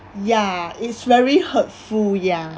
ya it's very hurtful ya